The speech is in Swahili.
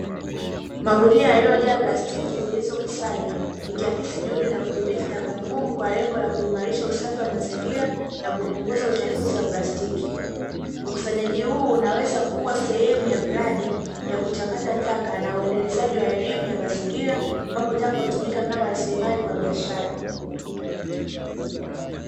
Magunia yaliyojaa plastiki zilizokusanywa, ikiakisi juhudi ya kudhibiti taka ngumu kwa lengo la kuimarisha usafi wa mazingira na kupunguza uchafuzi wa plastiki, ukusanyaji huu unaweza kuwa sehemu ya mradi ya kuchakata taka na uendelezaji wa elimu ya mazingira ambapo taka hutumika kama rasilimali kwa biashara.